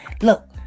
look